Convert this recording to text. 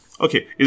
Okay